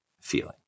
feeling